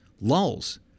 lulls